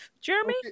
Jeremy